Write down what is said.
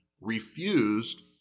refused